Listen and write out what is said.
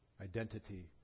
identity